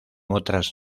otras